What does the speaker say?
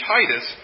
Titus